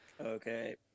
Okay